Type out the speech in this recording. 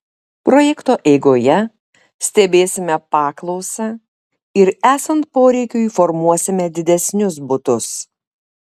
projekto eigoje stebėsime paklausą ir esant poreikiui formuosime didesnius butus